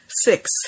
Six